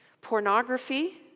Pornography